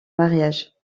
mariage